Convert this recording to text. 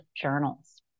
journals